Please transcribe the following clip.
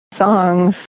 songs